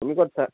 তুমি ক'ত আছা